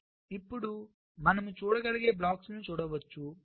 ఇప్పుడు మనము చూడగలిగే బ్లాక్స్ లను చూడవచ్చు